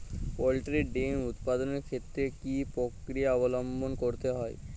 Poultry ডিম উৎপাদনের ক্ষেত্রে কি পক্রিয়া অবলম্বন করতে হয়?